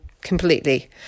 completely